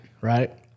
right